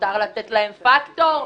מותר לתת להם פקטור?